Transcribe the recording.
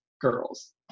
girls